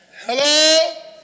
Hello